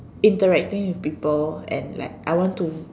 interacting with people and like I want to